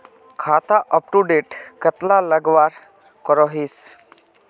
खाता अपटूडेट कतला लगवार करोहीस?